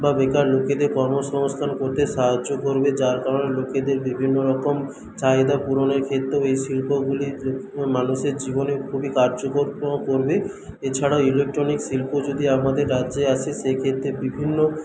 বা বেকার লোকেদের কর্মসংস্থান করতে সাহায্য করবে যার কারণে লোকেদের বিভিন্ন রকম চাহিদা পূরণের ক্ষেত্রেও এই শিল্পগুলি মানুষের জীবনে খুবই কার্যকর করবে এছাড়াও ইলেকট্রনিক্স শিল্প যদি আমাদের রাজ্যে আসে সেই ক্ষেত্রে বিভিন্ন